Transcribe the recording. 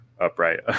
upright